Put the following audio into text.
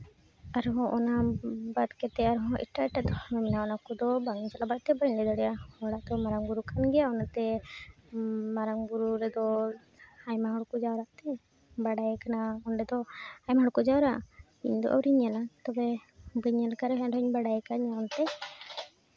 ᱟᱨᱦᱚᱸ ᱚᱱᱟ ᱵᱟᱫ ᱠᱟᱛᱮᱫ ᱨᱮᱦᱚᱸ ᱮᱴᱟᱜ ᱮᱴᱟᱜ ᱫᱷᱚᱨᱢᱚ ᱢᱮᱱᱟᱜᱼᱟ ᱚᱱᱟ ᱠᱚᱫᱚ ᱵᱟᱝ ᱪᱟᱞᱟᱜ ᱵᱟᱲᱟᱜ ᱛᱮ ᱵᱟᱹᱧ ᱞᱟᱹᱭᱟ ᱛᱷᱚᱲᱟᱛᱮ ᱢᱟᱨᱟᱝ ᱵᱩᱨᱩ ᱠᱟᱱ ᱜᱮᱭᱟ ᱚᱱᱟᱛᱮ ᱢᱟᱨᱟᱝ ᱵᱩᱨᱩ ᱨᱮᱫᱚ ᱟᱭᱢᱟ ᱦᱚᱲᱠᱚ ᱡᱟᱣᱨᱟᱜ ᱛᱮ ᱵᱟᱰᱟᱭ ᱠᱟᱱᱟ ᱚᱸᱰᱮ ᱫᱚ ᱟᱭᱢᱟ ᱦᱚᱲᱠᱚ ᱡᱟᱣᱨᱟᱜᱼᱟ ᱤᱧᱫᱚ ᱟᱹᱣᱨᱤᱧ ᱧᱮᱞᱟ ᱛᱚᱵᱮ ᱵᱟᱹᱧ ᱧᱮᱞ ᱠᱟᱜ ᱨᱮᱦᱚᱸ ᱮᱱ ᱨᱮᱦᱚᱸᱧ ᱵᱟᱲᱟᱭ ᱠᱟᱜᱼᱟ ᱧᱮᱞ ᱛᱮ